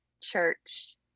church